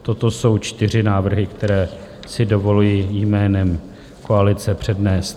Toto jsou čtyři návrhy, které si dovoluji jménem koalice přednést.